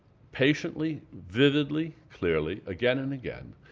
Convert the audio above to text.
patiently, vividly, clearly, again and again,